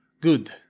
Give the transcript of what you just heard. good